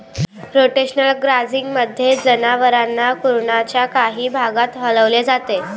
rotational ग्राझिंगमध्ये, जनावरांना कुरणाच्या काही भागात हलवले जाते